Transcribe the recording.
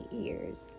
ears